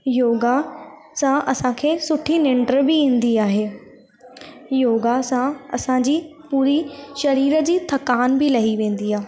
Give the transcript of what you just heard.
योगा सां असांखे सुठी निंड बि ईंदी आहे योगा सां असांजी पूरी शरीर जी थकानु बि लही वेंदी आहे